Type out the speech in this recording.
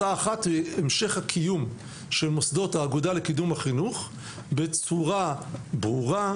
המשך הקיום של מוסדות האגודה לקידום החינוך בצורה ברורה,